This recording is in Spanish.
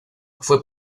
fue